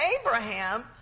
Abraham